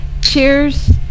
Cheers